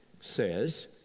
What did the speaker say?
says